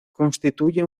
constituye